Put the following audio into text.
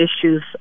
issues